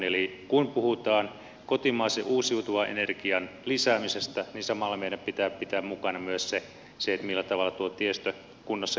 eli kun puhutaan kotimaisen uusiutuvan energian lisäämisestä niin samalla meidän pitää pitää mukana myös se millä tavalla tuo tiestön kunnossapito hoidetaan